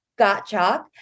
Gotchalk